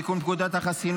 ההתניות.